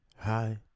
Hi